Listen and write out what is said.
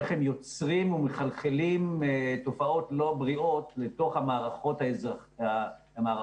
איך הם יוצרים ומחלחלים תופעות לא בריאות לתוך המערכות הציבוריות,